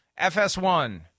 FS1